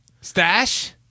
Stash